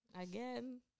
again